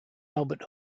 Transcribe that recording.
albert